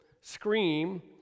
scream